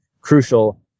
crucial